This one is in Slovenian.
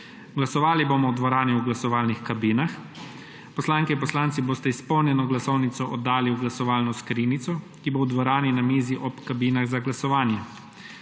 Glasovali bomo v dvorani v glasovalnih kabinah. Poslanke in poslanci boste izpolnjeno glasovnico oddali v glasovalno skrinjico, ki bo v dvorani na mizi ob kabinah za glasovanje.